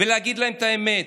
ולהגיד להם את האמת.